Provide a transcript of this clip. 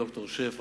ד"ר שרף,